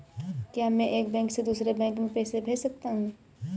क्या मैं एक बैंक से दूसरे बैंक में पैसे भेज सकता हूँ?